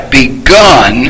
begun